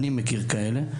אני מכיר כאלה.